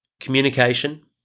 Communication